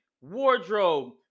wardrobe